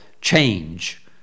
change